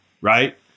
right